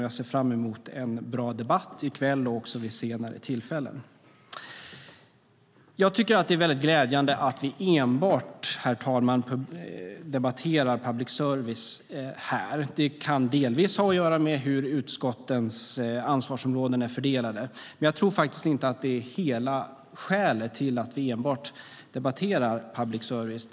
Jag ser fram emot en bra debatt i kväll och också vid senare tillfällen. Det är glädjande att vi enbart, herr talman, debatterar public service här. Det kan delvis ha att göra med hur utskottens ansvarsområden är fördelade, men jag tror inte att det är hela skälet till att vi enbart debatterar public service.